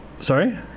Sorry